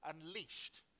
unleashed